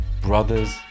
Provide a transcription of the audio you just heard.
brothers